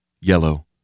Yellow